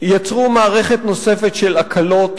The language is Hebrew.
יצרו מערכת נוספת של הקלות